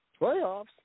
Playoffs